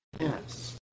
Yes